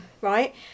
right